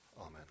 Amen